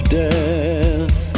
death